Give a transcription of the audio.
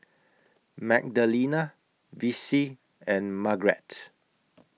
Magdalena Vicie and Margret